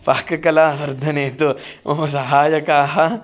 पाककलावर्धने तु मम सहायकाः